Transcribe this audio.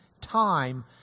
time